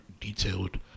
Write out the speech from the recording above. detailed